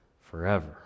forever